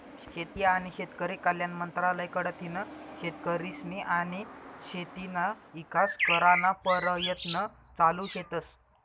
शेती आनी शेतकरी कल्याण मंत्रालय कडथीन शेतकरीस्नी आनी शेतीना ईकास कराना परयत्न चालू शेतस